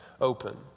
open